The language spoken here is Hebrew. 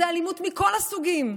זו אלימות מכל הסוגים: